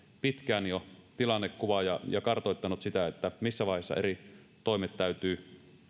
pitkään jo tilannekuvaa ja ja kartoittanut sitä missä vaiheessa eri toimet täytyy